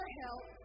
help